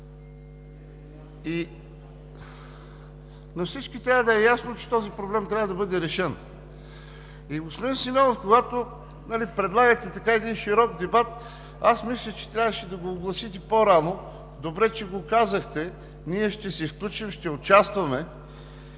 И на всички трябва да е ясно, че този проблем трябва да бъде решен. Господин Симеонов, когато предлагате един широк дебат, мисля, че трябваше да го огласите по-рано. Добре, че го казахте. Ние ще се включим и ще участваме,